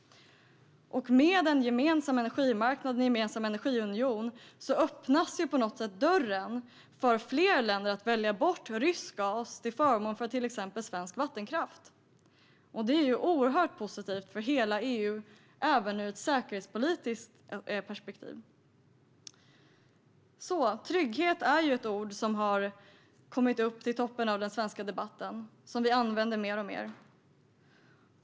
Med en gemensam energimarknad och energiunion öppnas dörren för fler länder att välja bort rysk gas till förmån för exempelvis svensk vattenkraft. Detta är oerhört positivt för hela EU, även ur ett säkerhetspolitiskt perspektiv. Trygghet är ett ord som kommit upp i toppen av den svenska debatten. Vi använder det mer och mer.